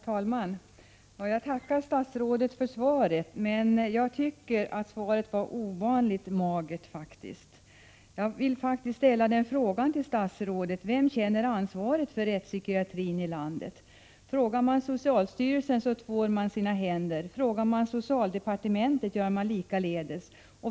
Herr talman! Jag tackar statsrådet för svaret, men jag tycker att det var ovanligt magert. Jag vill ställa frågan till statsrådet: Vem känner ansvar för rättspsykiatrin i landet? På socialstyrelsen tvår man sina händer, på socialdepartementet likaledes.